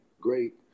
great